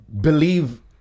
believe